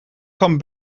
kan